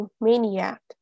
maniac